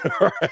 Right